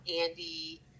Andy